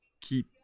Keep